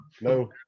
No